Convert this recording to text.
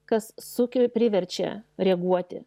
kas suke priverčia reaguoti